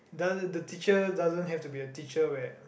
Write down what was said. the the teacher doesn't have to be a teacher where